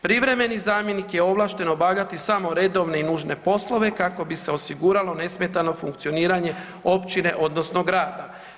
Privremeni zamjenik je ovlašten obavljati samo redovne i nužne poslove kako bi se osiguralo nesmetano funkcioniranje općine odnosno grada.